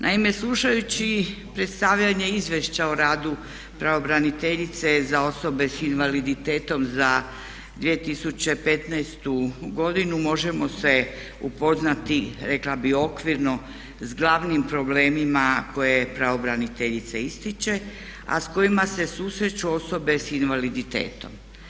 Naime, slušajući predstavljanje izvješća o radu pravobraniteljice za osobe sa invaliditetom za 2015. godinu možemo se upoznati, rekla bih okvirno s glavnim problemima koje pravobraniteljica ističe, a s kojima se susreću osobe sa invaliditetom.